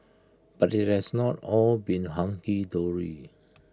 but IT has not all been hunky dory